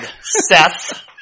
Seth